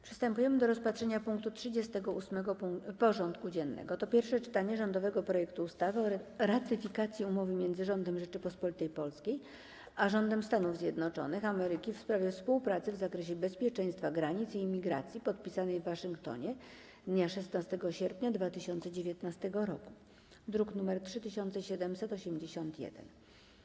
Przystępujemy do rozpatrzenia punktu 38. porządku dziennego: Pierwsze czytanie rządowego projektu ustawy o ratyfikacji Umowy między Rządem Rzeczypospolitej Polskiej a Rządem Stanów Zjednoczonych Ameryki w sprawie współpracy w zakresie bezpieczeństwa granic i imigracji, podpisanej w Waszyngtonie dnia 16 sierpnia 2019 r. (druk nr 3781)